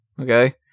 Okay